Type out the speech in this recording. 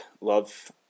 love